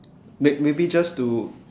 may maybe just to